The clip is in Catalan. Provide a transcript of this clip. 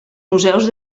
museus